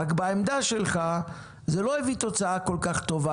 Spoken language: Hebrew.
רק בעמדה שלך זה לא הביא תוצאה כל כך טובה